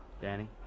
Danny